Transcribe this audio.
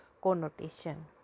connotation